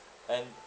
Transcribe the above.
and